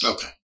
Okay